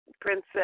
Princess